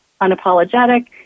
unapologetic